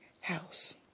house